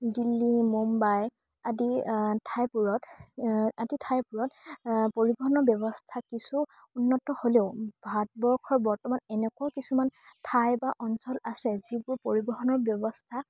দিল্লী মুম্বাই আদি ঠাইবোৰত আদি ঠাইবোৰত পৰিবহণৰ ব্যৱস্থা কিছু উন্নত হ'লেও ভাৰতবৰ্ষৰ বৰ্তমান এনেকুৱা কিছুমান ঠাই বা অঞ্চল আছে যিবোৰ পৰিবহণৰ ব্যৱস্থা